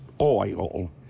oil